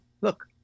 look